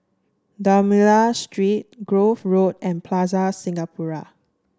D'Almeida Street Grove Road and Plaza Singapura